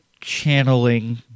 channeling